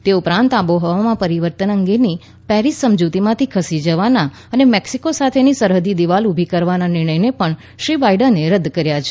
તે ઉપરાંત આબોહવામાં પરિવર્તન અંગેની પેરીસ સમજુતીમાંથી ખસી જવાના અને મેક્સીકો સાથેની સરહદે દિવાલ ઊભી કરવાના નિર્ણયને પણ શ્રી બાઈડેને રદ કર્યો છે